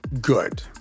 good